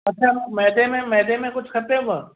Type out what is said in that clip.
अछा मैदे में मैदे में कुझु खपेव